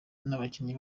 n’abakinnyi